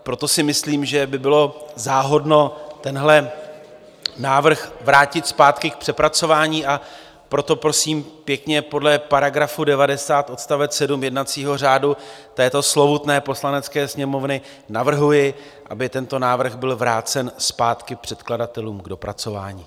Proto si myslím, že by bylo záhodno tenhle návrh vrátit zpátky k přepracování, a proto prosím pěkně, podle § 90 odst. 7 jednacího řádu této slovutné Poslanecké sněmovny navrhuji, aby tento návrh byl vrácen zpátky předkladatelům k dopracování.